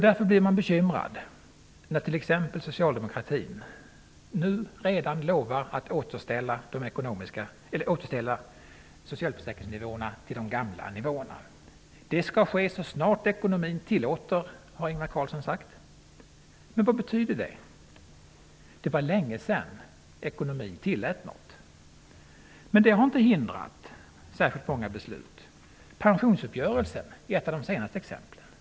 Därför blir man bekymrad när t.ex. socialdemokratin redan lovar att återställa socialförsäkringsnivåerna till de gamla nivåerna. Ingvar Carlsson har sagt att det skall ske så snart ekonomin tillåter. Vad betyder det? Det var längesedan ekonomin tillät någonting. Det har inte hindrat särskilt många beslut. Pensionsuppgörelsen är ett av de senaste exemplen.